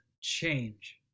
change